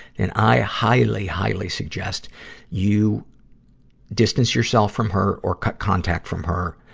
and i highly, highly suggest you distance yourself from her or cut contact from her.